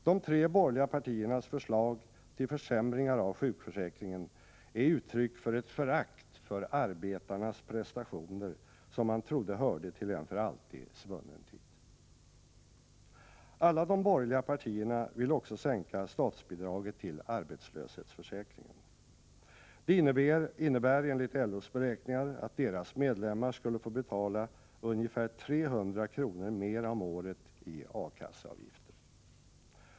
De tre borgerliga partiernas förslag till försämringar av sjukförsäkringen är uttryck för ett förakt för arbetarnas prestationer som man trodde hörde till en för alltid svunnen tid. Alla de borgerliga partierna vill också sänka statsbidraget till arbetslöshetsförsäkringen. Det innebär enligt LO:s beräkningar att deras medlemmar skulle få betala ungefär 300 kr. mera om året i A-kasseavgifter.